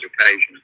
occasions